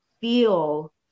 feel